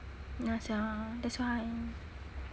ya sia that's why